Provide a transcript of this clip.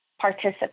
participate